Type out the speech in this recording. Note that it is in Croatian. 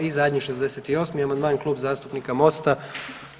I zadnji 68. amandman Klub zastupnika MOST-a.